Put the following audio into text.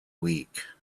week